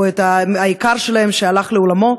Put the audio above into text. היקר שלהם שהלך לעולמו,